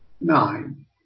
Nine